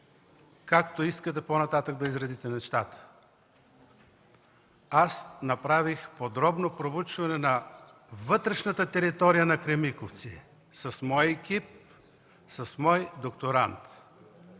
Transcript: така изредете по-нататък нещата. Аз направих подробно проучване на вътрешната територия на „Кремиковци” с мои екип, с мой докторант.